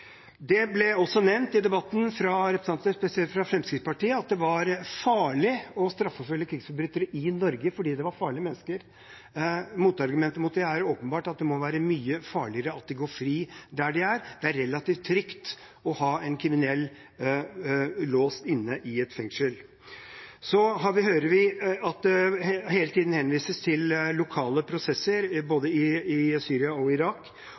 Det ble også nevnt i debatten – spesielt av representanter for Fremskrittspartiet – at det var farlig å straffeforfølge krigsforbrytere i Norge, fordi det var farlige mennesker. Motargumentet til det er at det må være mye farligere at de går fri der de er. Det er relativt trygt å ha en kriminell låst inne i et fengsel. Vi hører at det hele tiden henvises til lokale prosesser, både i Syria og i Irak,